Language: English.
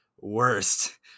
worst